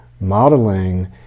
modeling